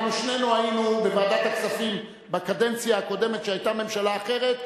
שנינו היינו בוועדת הכספים בקדנציה הקודמת כשהיתה ממשלה אחרת.